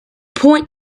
point